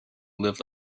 live